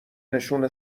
نشون